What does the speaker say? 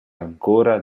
ancora